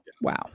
Wow